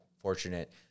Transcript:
fortunate